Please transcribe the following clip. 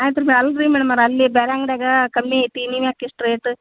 ಆದರೂ ಅಲ್ಲರೀ ಮ್ಯಾಡಮರೇ ಅಲ್ಲಿ ಬೇರೆ ಅಂಗಡಿಯಾಗ ಕಮ್ಮಿ ಐತಿ ನಿವ್ಯಾಕೆ ಇಷ್ಟು ರೇಟ್